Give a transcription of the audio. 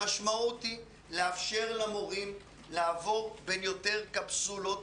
המשמעות היא לאפשר למורים לעבור בין יותר קפסולות,